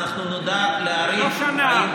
אנחנו נדע להעריך אם,